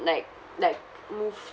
like like moved